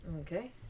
Okay